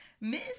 Miss